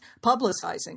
publicizing